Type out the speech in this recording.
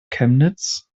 chemnitz